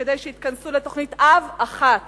כדי שיתכנסו לתוכנית אב אחת